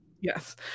Yes